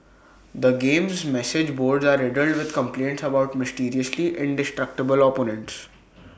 the game's message boards are riddled with complaints about mysteriously indestructible opponents